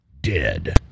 Dead